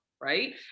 Right